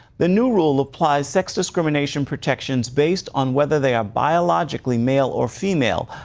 the new rule applies sex discrimination protections based on whether they are biologically male or female.